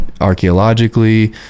archaeologically